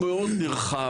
הוא מאוד נרחב,